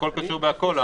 הכול קשור בהכול,